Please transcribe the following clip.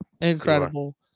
Incredible